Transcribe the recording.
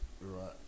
Right